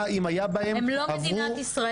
אם היה בהן --- הן לא מדינת ישראל.